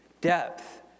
depth